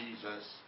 Jesus